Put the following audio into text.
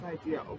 idea